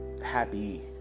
happy